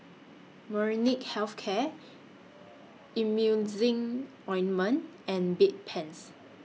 Molnylcke Health Care Emulsying Ointment and Bedpans